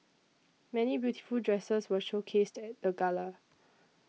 many beautiful dresses were showcased at the gala